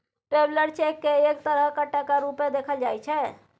traveller cheque केँ एक तरहक टका रुपेँ देखल जाइ छै